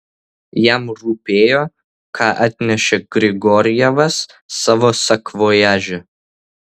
jam rūpėjo ką atnešė grigorjevas savo sakvojaže